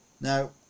Now